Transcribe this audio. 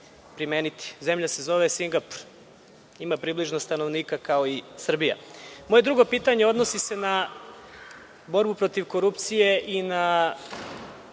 Zemlja se zove Singapur. Ima približno stanovnika kao i Srbija. Moje drugo pitanje se odnosi na borbu protiv korupcije i na